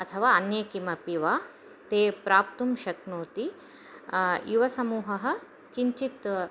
अथवा अन्ये किमपि वा ते प्राप्तुं शक्नोति युवसमूहः किञ्चित्